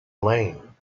lane